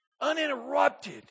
uninterrupted